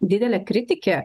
didelė kritikė